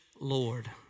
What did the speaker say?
Lord